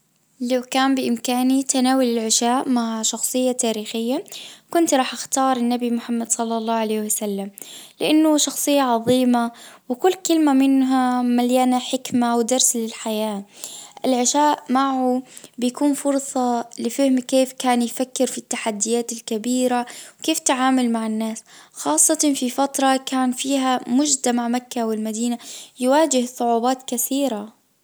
لو كان بامكاني تناول العشاء مع شخصية تاريخية كنت راح اختار النبي محمد صلى الله عليه وسلم لانه شخصية عظيمة وكل كلمة منها مليانة حكمة ودرس للحياة العشاء معه بيكون فرصة لفهم كيف كان يفكر في التحديات الكبيرة وكيف تعامل مع الناس خاصة في فترة كان فيها مجتمع مكة والمدينة يواجه صعوبات كثيرة.